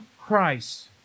Christ